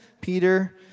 Peter